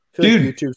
Dude